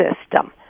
system